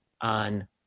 on